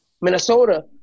Minnesota